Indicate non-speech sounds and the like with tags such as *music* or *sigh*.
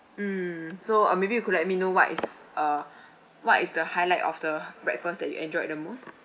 mm so uh maybe you could let me know what is uh *breath* what is the highlight of the *breath* breakfast that you enjoyed the most